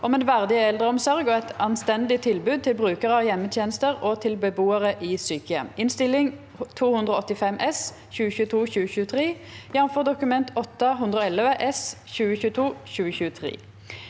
om en verdig eldreomsorg og et anstendig tilbud til brukere av hjemmetjenester og til beboere i sykehjem (Innst. 285 S (2022–2023), jf. Dokument 8:111 S